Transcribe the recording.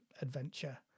adventure